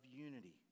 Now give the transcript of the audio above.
unity